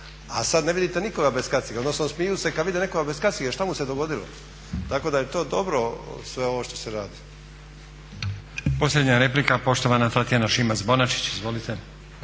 a sada ne vidite nikoga bez kacige odnosno smiju se kada vide nekog bez kacige šta mu se dogodilo. tako da je to dobro sve ovo što se radi.